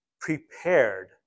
prepared